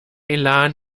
elan